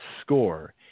score